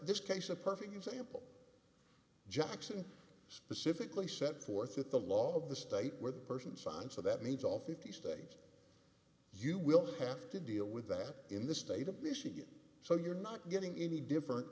this case a perfect example jackson specifically set forth that the law of the state where the person signs so that means all fifty states you will have to deal with that in the state of michigan so you're not getting any different